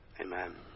Amen